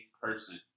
person